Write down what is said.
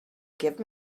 give